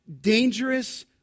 dangerous